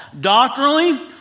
Doctrinally